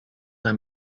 ein